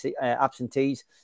absentees